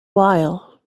while